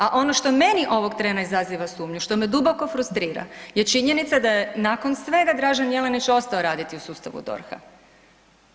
A ono što meni ovog trena izaziva sumnju, što me duboko frustrira je činjenica da je nakon svega Dražen Jelenić ostao raditi u sustavu DORH-a.